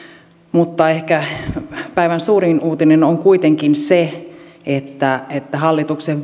mutta ehkä päivän suurin uutinen on kuitenkin se että että hallituksen